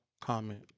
comment